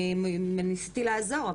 אני ניסיתי לעזור,